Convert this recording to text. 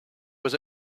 was